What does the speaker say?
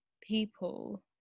people